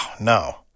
no